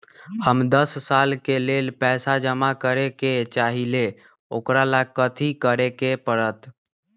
हम दस साल के लेल पैसा जमा करे के चाहईले, ओकरा ला कथि करे के परत?